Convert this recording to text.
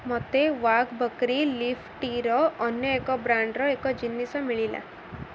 ମୋତେ ୱାଘ ବକ୍ରି ଲିଫ୍ ଟି'ର ଅନ୍ୟ ଏକ ବ୍ରାଣ୍ଡର ଏକ ଜିନିଷ ମିଳିଲା